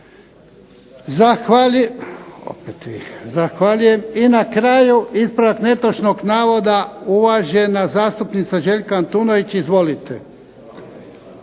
Zahvaljujem. Imamo jedan ispravak netočnog navoda, uvažena zastupnica Ana Lovrin. Izvolite.